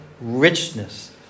richness